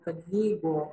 kad jeigu